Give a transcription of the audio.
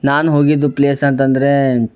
ನಾನು ಹೋಗಿದ್ದು ಪ್ಲೇಸ್ ಅಂತಂದ್ರೆ